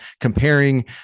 comparing